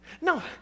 No